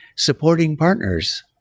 supporting partners.